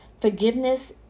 forgiveness